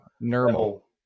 normal